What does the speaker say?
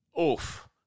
Oof